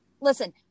listen